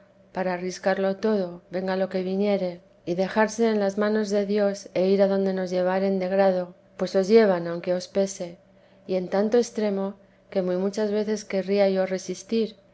para arriscarlo todo venga lo que viniere y dejarse en las manos de dios e ir adonde nos llevaren de grado pues os llevan aunque os pese y en tanto extremo que muy muchas veces querría yo resistir y